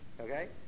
okay